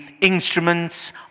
instruments